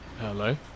Hello